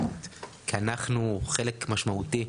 כי אנחנו חלק משמעותי.